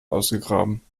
ausgegraben